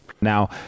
Now